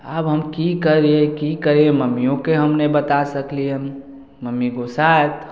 आब हम की करियै की करियै मम्मियोके हम नहि बता सकलियै हन मम्मी गोस्साइत